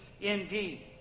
indeed